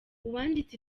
uwanditse